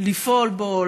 לפעול בו,